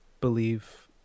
believe